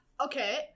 Okay